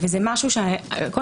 אנו